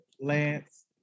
Lance